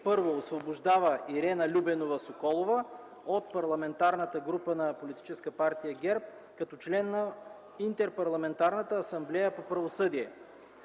1. Освобождава Ирена Любенова Соколова от Парламентарната група на Политическа партия ГЕРБ като член на Интерпарламентарната асамблея по православие.